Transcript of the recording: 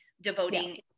devoting